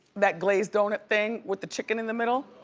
that glaze donut thing with the chicken in the middle.